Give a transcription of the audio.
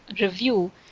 review